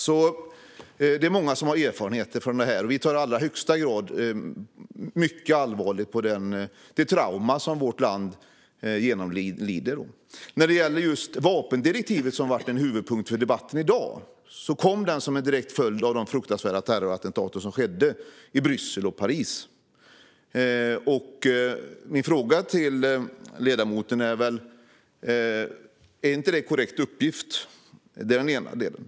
Det är alltså många som har erfarenheter av detta, och vi tar i allra högsta grad allvarligt på det trauma som vårt land genomlider. När det gäller vapendirektivet, vilket blev en huvudpunkt för debatten i dag, kom det som en direkt följd av de fruktansvärda terrorattentat som skedde i Bryssel och Paris. En av mina frågor till ledamoten är om det inte är en korrekt uppgift. Det är den ena delen.